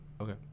Okay